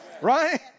Right